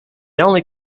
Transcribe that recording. only